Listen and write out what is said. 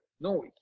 No